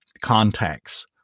contacts